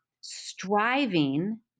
striving